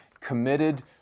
committed